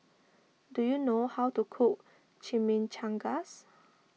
do you know how to cook Chimichangas